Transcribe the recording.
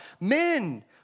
men